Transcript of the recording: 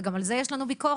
וגם על זה יש לנו ביקורת,